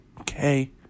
Okay